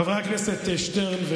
חבר הכנסת שטרן,